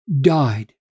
died